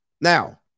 Now